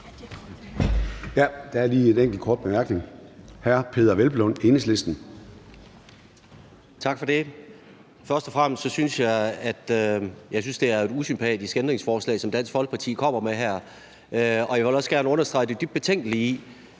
Der er lige en enkelt kort bemærkning. Hr. Peder Hvelplund, Enhedslisten. Kl. 13:12 Peder Hvelplund (EL): Tak for det. Først og fremmest synes jeg, at det er et usympatisk ændringsforslag, som Dansk Folkeparti kommer med her, og jeg vil også gerne understrege det dybt betænkelige